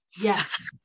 Yes